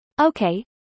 Okay